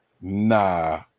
Nah